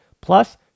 Plus